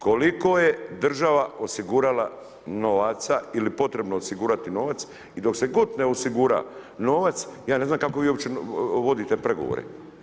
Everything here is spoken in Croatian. Koliko je država osigurala novaca ili potrebno osigurati novac i dok se god ne osigura novac, ja ne znam kako vi uopće vodite pregovore.